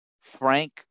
Frank